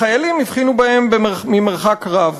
החיילים הבחינו בהם ממרחק רב.